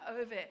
over